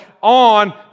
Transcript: on